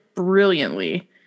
brilliantly